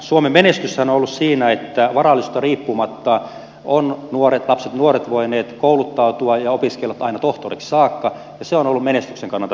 suomen menestyshän on ollut siinä että varallisuudesta riippumatta ovat lapset ja nuoret voineet kouluttautua ja opiskella aina tohtoriksi saakka ja se on ollut menestyksen kannalta tärkeää